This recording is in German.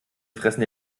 fressen